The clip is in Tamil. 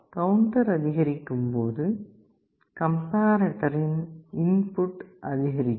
கவுண்டர் அதிகரிக்கும்போது கம்பேர்ரேட்டரின் இன்புட் அதிகரிக்கும்